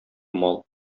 мал